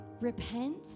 Repent